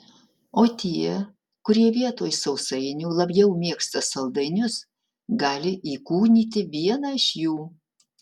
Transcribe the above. o tie kurie vietoj sausainių labiau mėgsta saldainius gali įkūnyti vieną iš jų